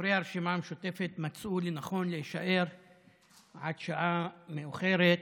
חובה לדווח לה על אמצעי האכיפה שננקטו ועל אירועי